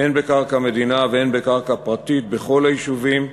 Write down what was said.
הן בקרקע מדינה והן בקרקע פרטית, בכל היישובים,